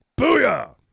Booyah